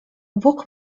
bóg